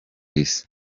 isi